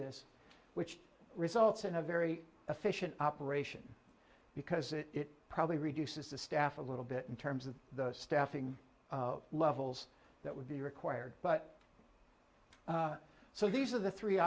this which results in a very efficient operation because it probably reduces the staff a little bit in terms of the staffing levels that would be required but so these are the three